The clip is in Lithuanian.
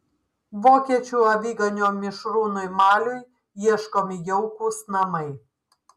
vokiečių aviganio mišrūnui maliui ieškomi jaukūs namai